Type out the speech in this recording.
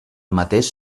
mateix